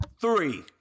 three